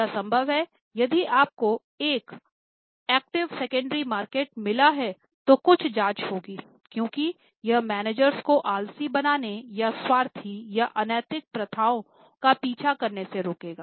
यह संभव है यदि आपको एक सक्रिय सेकंडरी बाजार मिला है तो कुछ जांच होगी क्योंकि यह मैनेजर्स को आलसी बनने या स्वार्थी या अनैतिक प्रथाओं का पीछा करने से रोकेगा